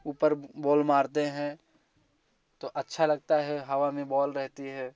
ऊपर बॉल मारते हैं तो अच्छा लगता है हवा में बॉल रहती है